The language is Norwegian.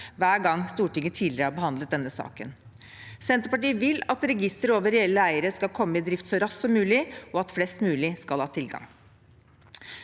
hver gang Stortinget tidligere har behandlet denne saken. Senterpartiet vil at registeret over reelle eiere skal komme i drift så raskt som mulig, og at flest mulig skal ha tilgang.